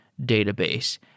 database